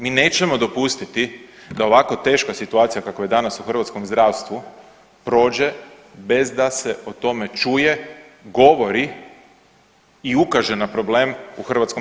Mi nećemo dopustiti da ovako teška situacija kakva je danas u hrvatskom zdravstvu prođe bez da se o tome čuje, govori i ukaže na problem u HS.